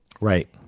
Right